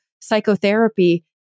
psychotherapy